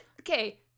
okay